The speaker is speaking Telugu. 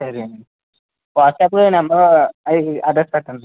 సరేండి వాట్సాప్లో ఈ నెంబరు అది అడ్రెస్స్ పెట్టండి